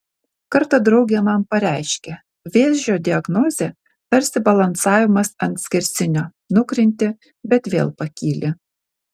kartą draugė man pareiškė vėžio diagnozė tarsi balansavimas ant skersinio nukrenti bet vėl pakyli